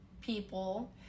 people